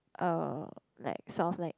uh like sounds like